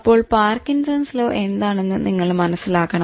അപ്പോൾ Parkinson's law എന്താണെന്ന് നിങ്ങൾ മനസ്സിലാക്കണം